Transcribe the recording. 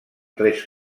tres